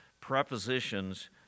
prepositions